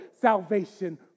salvation